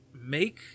make